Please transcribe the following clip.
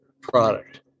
product